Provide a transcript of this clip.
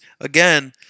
again